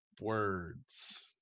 words